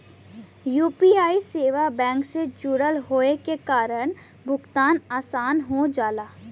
UPI सेवा bank से जुड़ल होये के कारण भुगतान आसान हो जाला